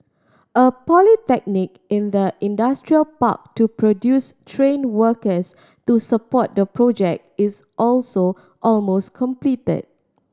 a polytechnic in the industrial park to produce trained workers to support the project is also almost completed